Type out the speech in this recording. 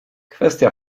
kwestia